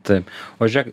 taip o žiūrėk